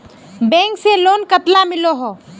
Bank से loan कतला मिलोहो?